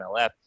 MLF